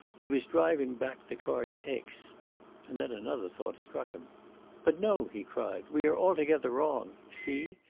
he was driving back the car to aix and then another thought struck him but no! he cried. we are altogether wrong. see!